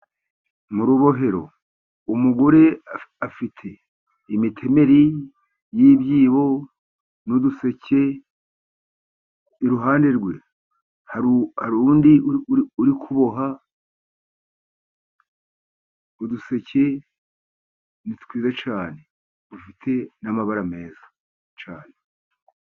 Mu rubohero umugore afite imitemeri y'ibyibo n'uduseke, iruhande rwe hari undi uri kuboha. Uduseke ni twiza cyane dufite n'amabara meza cyane.